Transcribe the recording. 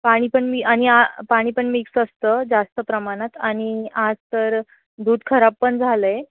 पाणी पण मी आणि आ पाणी पण मिक्स असतं जास्त प्रमाणात आणि आज तर दूध खराब पण झालं आहे